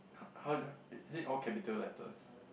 how is it all capital letters